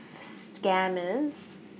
scammers